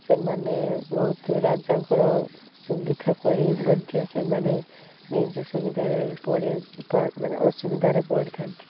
ସେମାନେ ବହୁତ ରାଜାଙ୍କର ସୁବିଧା କରି ମଧ୍ୟ ସେମାନେ ନିଜେ ସୁବିଧାରେ ପଡ଼ି ମାନେ ଅସୁବିଧାରେ ପଡ଼ିଥାନ୍ତି